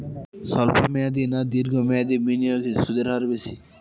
স্বল্প মেয়াদী না দীর্ঘ মেয়াদী বিনিয়োগে সুদের হার বেশী?